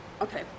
Okay